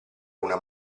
una